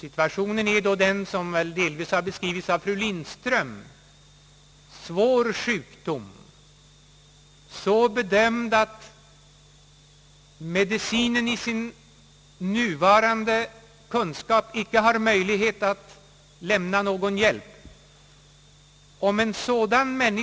Situationen är väl då sådan som den delvis har beskrivits av fru Lindström: svår sjukdom, så bedömd att medicinen med sina nuvarande kunskaper inte har någon möjlighet att lämna hjälp.